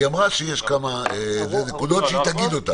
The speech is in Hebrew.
היא אמרה שיש כמה נקודות שהיא תגיד.